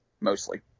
mostly